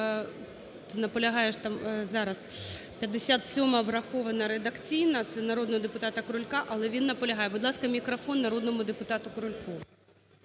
Наполягаєш? Там, зараз… 57-а – врахована редакційно, це народного депутата Крулька, але він наполягає, будь ласка, мікрофон народному депутату Крульку.